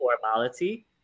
formality